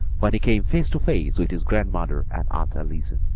when he came face to face with his grandmother and aunt allison.